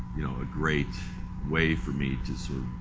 you know, a great way for me to sort